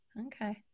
okay